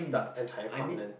the entire continent